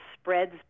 spreads